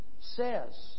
says